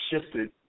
shifted